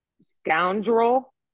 Scoundrel